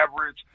average